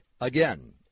Again